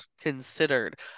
considered